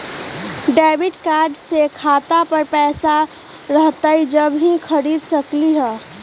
Debit card से खाता पर पैसा रहतई जब ही खरीद सकली ह?